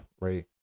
right